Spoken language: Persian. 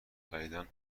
خریدن